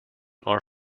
are